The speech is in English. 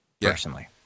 personally